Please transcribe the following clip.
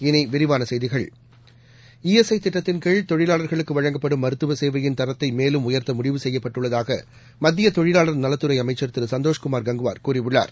இனி விரிவான செய்திகள் ஈ எஸ் ஐ திட்டத்தின் கீழ் தொழிலாளர்களுக்கு வழங்கப்படும் மருத்துவ சேவையின் தரத்தை மேலும் உயர்த்த முடிவு செய்யப்பட்டுள்ளதாக மத்திய தொழிலாளர் நலத்துறை அமைச்சர் திரு சந்தோஷ்குமார் கங்குவார் கூறியுள்ளார்